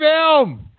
film